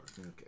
Okay